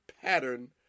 pattern